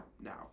now